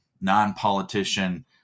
non-politician